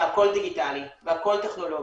שהכל דיגיטלי והכל טכנולוגי.